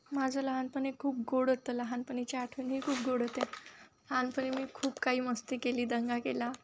माझं लहानपण हे खूप गोड होतं लहानपणीच्या आठवणीही खूप गोड होत्या लहानपणी मी खूप काही मस्ती केली दंगा केला